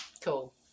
Cool